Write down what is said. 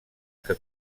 que